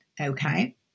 okay